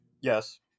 Yes